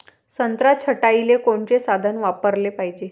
संत्रा छटाईले कोनचे साधन वापराले पाहिजे?